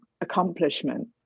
accomplishment